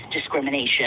discrimination